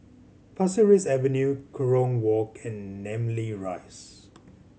Pasir Ris Avenue Kerong Walk and Namly Rise